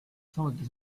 samuti